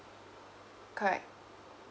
correct